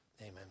Amen